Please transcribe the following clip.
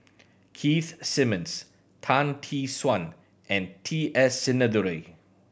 Keith Simmons Tan Tee Suan and T S Sinnathuray